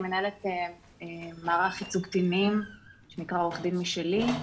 אני מנהלת מערך ייצוג קטינים שנקרא "עורך דין משלי".